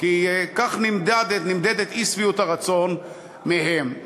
כי כך נמדדת אי-שביעות הרצון מהם,